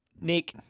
Nick